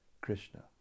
Krishna